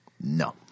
No